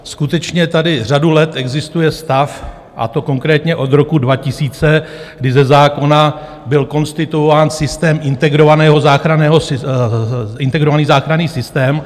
Skutečně tady řadu let existuje stav, a to konkrétně od roku 2000, kdy ze zákona byl konstituován systém integrovaného záchranného... integrovaný záchranný systém.